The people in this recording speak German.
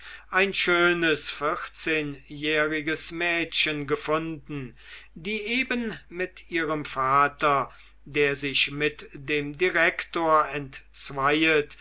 ein schönes vierzehnjähriges mädchen gefunden die eben mit ihrem vater der sich mit dem direktor entzweiet